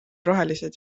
rohelised